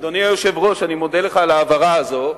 אדוני היושב-ראש, אני מודה לך על ההבהרה הזאת.